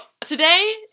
today